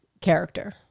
character